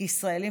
כישראלים,